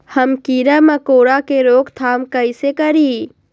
हम किरा मकोरा के रोक थाम कईसे करी?